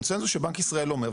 יש פה קונצנזוס שבנק ישראל אומר,